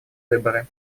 выборы